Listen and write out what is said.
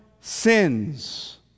sins